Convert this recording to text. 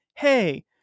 hey